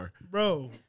Bro